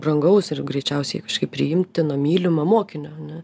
brangaus ir greičiausiai kažkaip priimtino mylimo mokinio ane